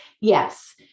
Yes